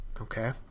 okay